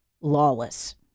lawless